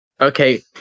okay